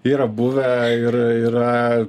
yra buvę ir yra